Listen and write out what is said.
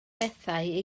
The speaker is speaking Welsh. bethau